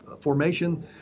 formation